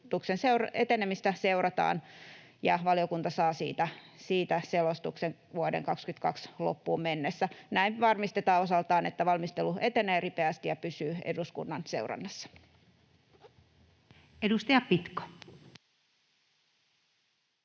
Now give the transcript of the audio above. etenemistä seurataan ja valiokunta saa siitä selostuksen vuoden 22 loppuun mennessä. Näin varmistetaan osaltaan, että valmistelu etenee ripeästi ja pysyy eduskunnan seurannassa. [Speech 45]